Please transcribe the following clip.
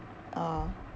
ah